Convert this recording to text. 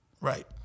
Right